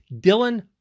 Dylan